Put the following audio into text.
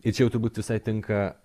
ir čia jau turbūt visai tinka